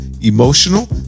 emotional